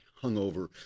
hungover